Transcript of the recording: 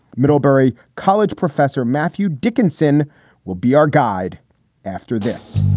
middlebury college professor matthew dickinson will be our guide after this